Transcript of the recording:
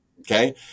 okay